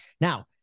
Now